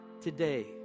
today